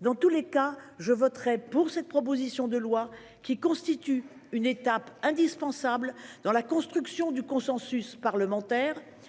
Dans tous les cas, je voterai pour cette proposition de loi, qui constitue une étape indispensable dans la construction d'un consensus parlementaire.